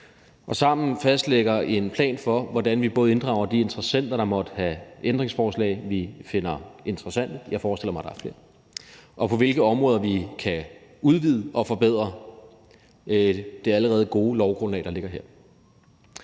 og sammen fastlægger en plan for, både hvordan vi inddrager de interessenter, der måtte have ændringsforslag, vi finder interessante, og jeg forestiller mig, at der er flere, og på hvilke områder vi kan udvide og forbedre det allerede gode lovgrundlag, der ligger her.